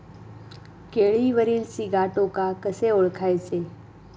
केळीवरील सिगाटोका कसे ओळखायचे?